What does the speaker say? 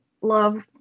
love